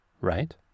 right